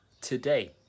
today